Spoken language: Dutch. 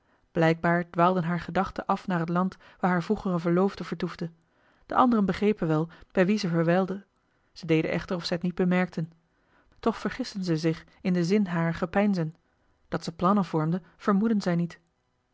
blijkbaar dwaalden hare gedachten af naar het land waar haar vroegere verloofde vertoefde de anderen begrepen wel bij wien ze verwijlde zij deden echter of zij het niet bemerkten toch vergisten zij zich in den zin harer gepeinzen dat ze plannen vormde vermoedden zij niet